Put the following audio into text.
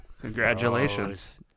Congratulations